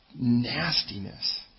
nastiness